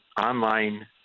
online